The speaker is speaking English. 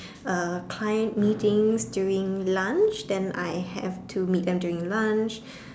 uh client meetings during lunch then I have to meet them during lunch